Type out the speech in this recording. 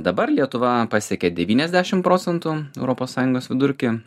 dabar lietuva pasiekė devyniasdešimt procentų europos sąjungos vidurkį